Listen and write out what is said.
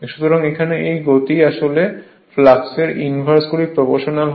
সুতরাং এই গতি আসলে ফ্লাক্সের ইনভার্সলি প্রপ্রোশনাল হয়